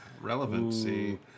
relevancy